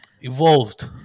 evolved